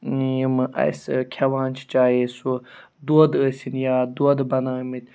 یِمہِ اَسہِ کھٮ۪وان چھِ چاہے سُہ دۄد ٲسِن یا دۄد بَنٲومٕتۍ